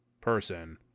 person